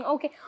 Okay